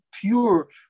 pure